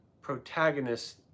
protagonist